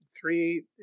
three